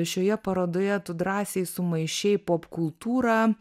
šioje parodoje tu drąsiai sumaišei pop kultūrą